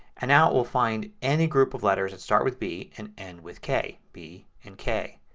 and now it will find any group of letters that start with b and end with k. b and k.